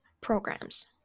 programs